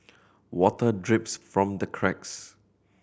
water drips from the cracks